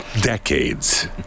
decades